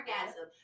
orgasm